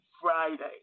Friday